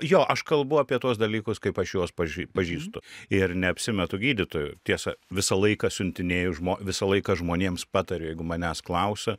jo aš kalbu apie tuos dalykus kaip aš juos pažį pažįstu ir neapsimetu gydytoju tiesa visą laiką siuntinėju visą laiką žmonėms patariu jeigu manęs klausia